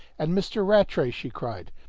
and mr. rattray? she cried.